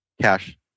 cash